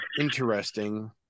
interesting